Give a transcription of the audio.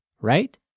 right